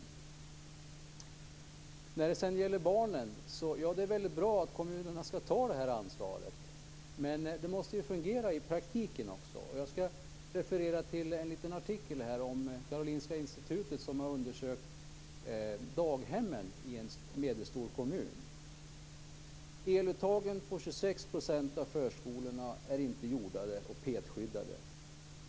När det gäller barnen är det väldigt bra att kommunerna skall ta det här ansvaret, men det måste fungera i praktiken också. Jag skall referera till en artikel om Karolinska Institutet, som har undersökt daghemmen i en medelstor kommun. Eluttagen på 26 % av förskolorna är inte jordade och petskyddade.